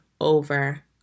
over